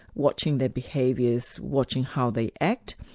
watching their behaviours, watching how they act,